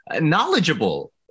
knowledgeable